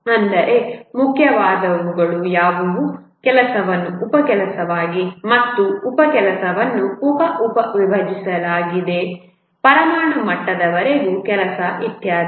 ಅಂದರೆ ಮುಖ್ಯವಾದವುಗಳು ಯಾವುವು ಕೆಲಸವನ್ನು ಉಪ ಕೆಲಸವಾಗಿ ಮತ್ತು ಉಪ ಕೆಲಸವನ್ನು ಉಪ ಉಪವಾಗಿ ವಿಭಜಿಸಲಾಗಿದೆಪರಮಾಣು ಮಟ್ಟದವರೆಗೆ ಕೆಲಸ ಇತ್ಯಾದಿ